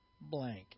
blank